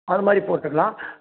அது மாதிரி போட்டுக்கலாம்